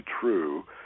true